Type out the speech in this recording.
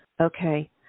Okay